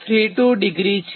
32° છે